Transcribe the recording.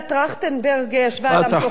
ועדת-טרכטנברג ישבה על המדוכה.